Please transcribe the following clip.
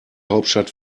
hauptstadt